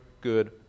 good